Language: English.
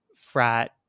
frat